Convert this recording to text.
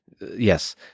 yes